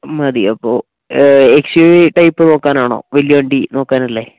മതി അപ്പോൾ S U V type നോക്കാനാണോ വലിയ വണ്ടി നോക്കാനല്ലേ